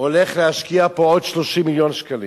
הולך להשקיע פה עוד 30 מיליון שקלים.